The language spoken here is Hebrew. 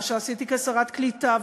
מה שעשיתי כשרת קליטה,